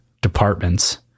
departments